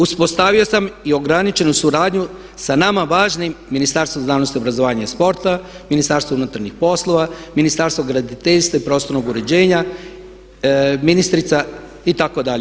Uspostavio sam i ograničenu suradnju sa nama važnim Ministarstvom znanosti, obrazovanja i sporta, Ministarstvom unutarnjih poslova, Ministarstvom graditeljstva i prostornog uređenja itd. itd.